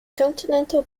continental